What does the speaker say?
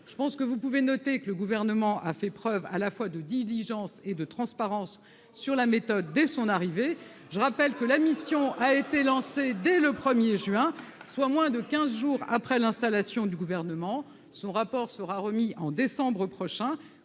je pense que vous pouvez noter que le gouvernement a fait preuve à la fois de diligence et de transparence sur la méthode, dès son arrivée, je rappelle que la mission a été lancée dès le 1er juin soit moins de 15 jours après l'installation du gouvernement son rapport sera remis en décembre prochain